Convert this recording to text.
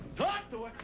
talk to her!